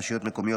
רשויות מקומיות,